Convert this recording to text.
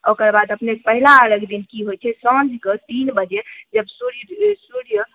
ओकर बाद अपने पहिला अर्घ्य दिन की होइ छै साँझके तीन बजे जब सूर्य सूर्य